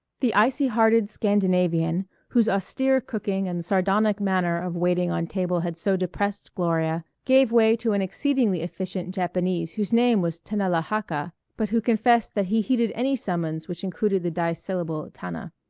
the icy-hearted scandinavian, whose austere cooking and sardonic manner of waiting on table had so depressed gloria, gave way to an exceedingly efficient japanese whose name was tanalahaka, but who confessed that he heeded any summons which included the dissyllable tana.